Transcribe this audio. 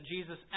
Jesus